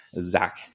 Zach